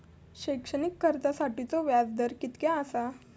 शैक्षणिक कर्जासाठीचो व्याज दर कितक्या आसा?